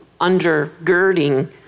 undergirding